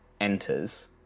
enters